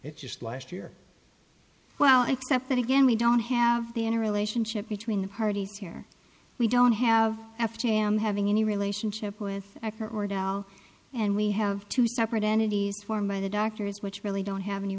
it just last year well except that again we don't have the inner relationship between the parties here we don't have after him having any relationship with her or dell and we have two separate entities formed by the doctors which really don't have any